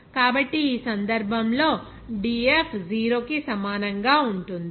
కాబట్టి ఈ సందర్భంలో dF 0 కి సమానంగా ఉంటుంది